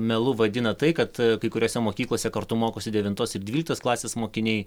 melu vadina tai kad kai kuriose mokyklose kartu mokosi devintos ir dvyliktos klasės mokiniai